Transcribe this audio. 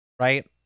right